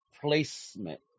placement